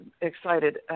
excited